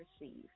receive